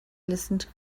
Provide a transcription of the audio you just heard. listened